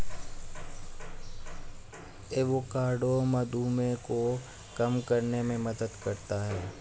avocado मधुमेह को कम करने में मदद करता है